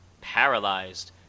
paralyzed